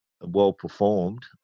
well-performed